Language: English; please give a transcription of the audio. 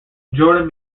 jordan